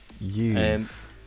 Use